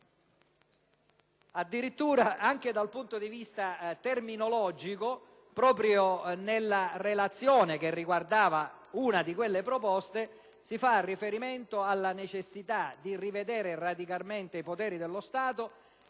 Addirittura anche dal punto di vista terminologico, proprio nella relazione che riguarda una di quelle proposte, si fa riferimento alla necessità di «rivedere radicalmente i poteri dello Stato